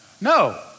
No